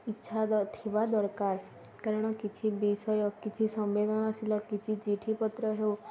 ଇଚ୍ଛା ଥିବା ଦରକାର କାରଣ କିଛି ବିଷୟ କିଛି ସମ୍ବେଦନଶୀଳ କିଛି ଚିଠି ପତ୍ର ହେଉ